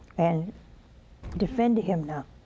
and defend him now,